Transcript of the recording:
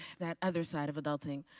that other side of adulting.